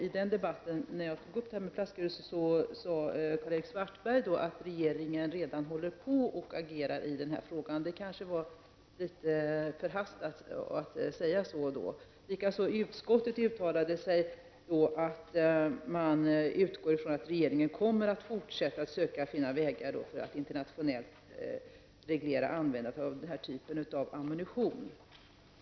I den debatten sade Karl-Erik Svartberg att regeringen redan höll på att agera i frågan. Det kanske var något förhastat av honom att göra ett sådant uttalande. Utskottet uttalade att man utgick ifrån att regeringen kommer att fortsätta att söka finna vägar för att internationellt reglera användandet av den här typen av ammunition.